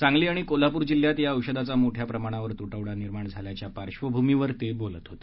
सांगली आणि कोल्हापूर जिल्ह्यात या औषधाचा मोठ्या प्रमाणावर तुटवडा निर्माण झाल्याच्या पार्श्वभूमीवर ते बोलत होते